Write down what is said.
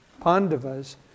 Pandavas